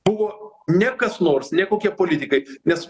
buvo ne kas nors ne kokie politikai nes